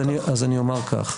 אז אני אומר כך.